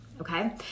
okay